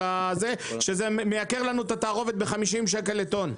שזה מייקר לנו את התערובת ב-50 שקלים לטון.